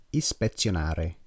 ispezionare